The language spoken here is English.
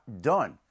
done